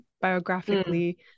biographically